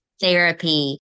therapy